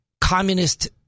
communist